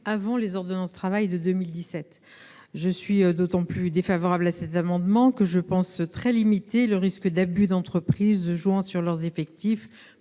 avant les ordonnances Travail de 2017. Je suis d'autant plus défavorable à cet amendement que je pense que le risque d'abus de la part d'entreprises jouant sur leurs effectifs